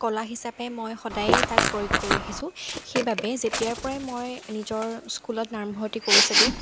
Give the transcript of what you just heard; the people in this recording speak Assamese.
কলা হিচাপে মই সদায়ে তাক প্ৰয়োগ কৰি আহিছোঁ সেইবাবে যেতিয়াৰপৰাই মই নিজৰ স্কুলত নাম ভৰ্তি কৰিছিলোঁ